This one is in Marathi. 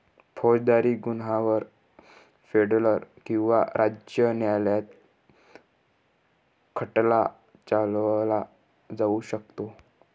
फौजदारी गुन्ह्यांवर फेडरल किंवा राज्य न्यायालयात खटला चालवला जाऊ शकतो